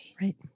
right